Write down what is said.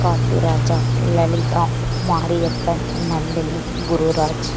Katturaja Lalitha Mariyappan Nandini Gururaj